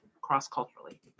cross-culturally